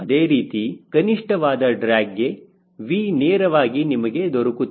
ಅದೇ ರೀತಿ ಕನಿಷ್ಠವಾದ ಡ್ರ್ಯಾಗ್ಗೆ V ನೇರವಾಗಿ ನಿಮಗೆ ದೊರಕುತ್ತದೆ